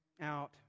out